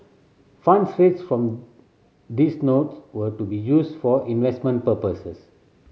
funds raised from these notes were to be used for investment purposes